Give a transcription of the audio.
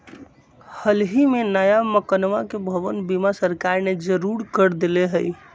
हल ही में नया मकनवा के भवन बीमा सरकार ने जरुरी कर देले है